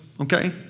okay